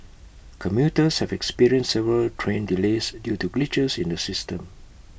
commuters have experienced several train delays due to glitches in the system